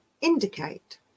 indicate